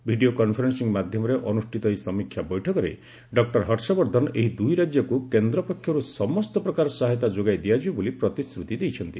video conferencing ମାଧ୍ୟମରେ ଅନୁଷ୍ଠିତ ଏହି ସମୀକ୍ଷା ବୈଠକରେ ଡକ୍କର ହର୍ଷବର୍ଦ୍ଧନ ଏହି ଦୁଇ ରାଜ୍ୟକୁ କେନ୍ଦ୍ର ପକ୍ଷରୁ ସମସ୍ତ ପ୍ରକାର ସହାୟତା ଯୋଗାଇ ଦିଆଯିବ ବୋଲି ପ୍ରତିଶ୍ରତି ଦେଇଛନ୍ତି